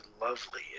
lovely